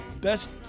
Best